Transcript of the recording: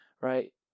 right